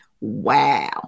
wow